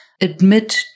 admit